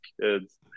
kids